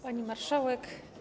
Pani Marszałek!